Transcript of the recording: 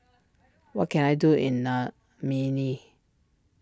what can I do in